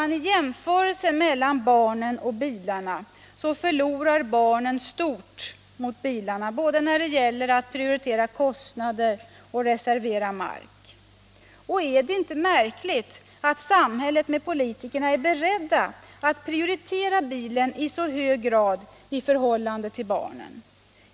Vid en jämförelse mellan barnen och bilarna förlorar barnen stort mot bilarna, både när det gäller att prioritera kostnader och att reservera mark. Är det inte märkligt att samhället och politikerna är beredda att prioritera bilen i så hög grad framför barnen?